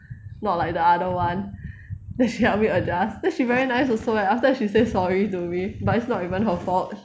not like the other [one] then she help me adjust then she very nice also eh after that she say sorry to me but it's not even her fault